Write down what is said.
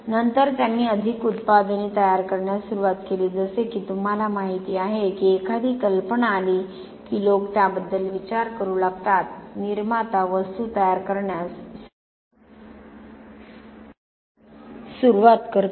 नंतर त्यांनी अधिक उत्पादने तयार करण्यास सुरुवात केली जसे की तुम्हाला माहिती आहे की एकदा कल्पना आली की लोक त्याबद्दल विचार करू लागतात निर्माता वस्तू तयार करण्यास सुरवात करतो